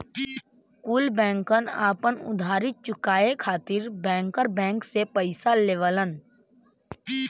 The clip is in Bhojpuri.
कुल बैंकन आपन उधारी चुकाये खातिर बैंकर बैंक से पइसा लेवलन